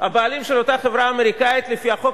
הבעלים של אותה חברה אמריקנית לפי החוק